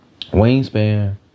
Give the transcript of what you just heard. wingspan